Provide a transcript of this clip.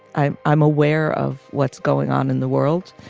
i'm i'm aware of what's going on in the world.